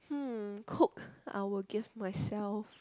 hmm cook I will give myself